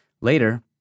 Later